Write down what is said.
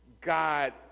God